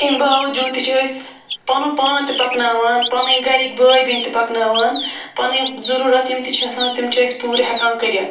اَمہِ باوجوٗد تہِ چھِ أسۍ پَنُن پان تہِ پَکناوان پَنٕنۍ گَرٕکۍ بٲے بیٚنہِ تہِ پَکناوان پَنٕنۍ ضٔروٗرت یِم تہِ چھِ آسان تِم چھِ أسۍ پوٗرٕ ہٮ۪کان کٔرِتھ